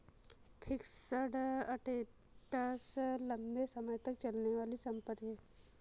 fixed assets लंबे समय तक चलने वाली संपत्ति है